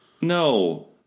No